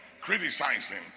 criticizing